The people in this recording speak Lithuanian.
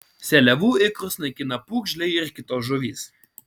seliavų ikrus naikina pūgžliai ir kitos žuvys